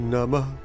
Namah